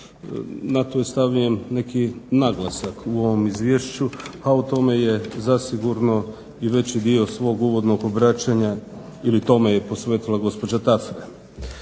Na to je stavljen neki naglasak u ovom izvješću, a o tome je zasigurno i veći dio svog uvodnog obraćanja ili tome je posvetila gospođa Tafra.